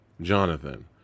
Jonathan